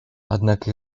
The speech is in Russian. однако